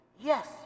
Yes